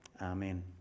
amen